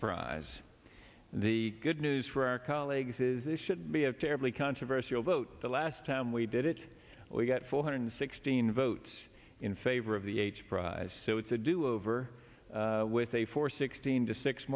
prize the good news for our colleagues is this should be a terribly controversial vote the last time we did it we got four hundred sixteen votes in favor of the h prize so it's a do over with a for sixteen to six